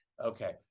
okay